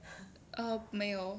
um 没有